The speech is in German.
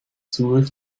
zugriff